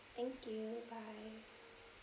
thank you bye